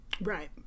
right